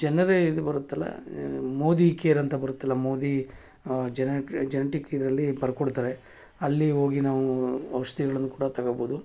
ಜನರೇ ಇದು ಬರುತ್ತಲ್ಲ ಮೋದಿ ಕೇರ್ ಅಂತ ಬರುತ್ತಲ್ಲ ಮೋದಿ ಜನ ಜನ್ಟಿಕ್ ಇದರಲ್ಲಿ ಬರ್ಕೊಡ್ತಾರೆ ಅಲ್ಲಿ ಹೋಗಿ ನಾವೂ ಔಷಧಿಗಳನ್ನ ಕೂಡ ತಗೊಳ್ಬೋದು